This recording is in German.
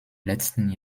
letzten